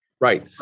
Right